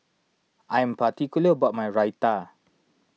I am particular about my Raita